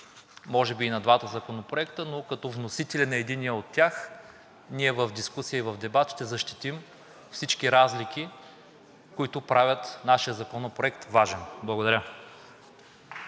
може би и на двата законопроекта, но като вносители на единия от тях, ние в дискусия, в дебат ще защитим всички разлики, които правят нашия законопроект важен. Благодаря.